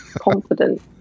confident